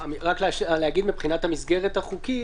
מבחינת המסגרת החוקית,